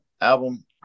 album